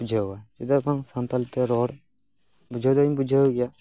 ᱵᱩᱡᱷᱟᱣᱟ ᱪᱮᱫᱟᱜ ᱵᱟᱝ ᱥᱟᱱᱛᱟᱞᱤ ᱨᱚᱲ ᱵᱩᱡᱷᱟᱹᱣ ᱫᱚᱧ ᱵᱩᱡᱷᱟᱣ ᱜᱮᱭᱟ